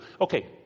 Okay